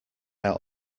out